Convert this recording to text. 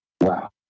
Wow